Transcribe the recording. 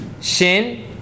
Shin